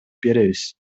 беребиз